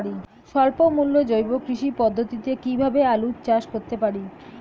স্বল্প মূল্যে জৈব কৃষি পদ্ধতিতে কীভাবে আলুর চাষ করতে পারি?